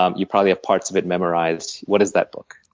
um you probably have parts of it memorized. what is that book?